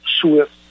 swift